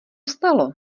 stalo